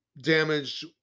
damaged